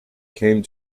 came